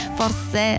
forse